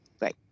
Right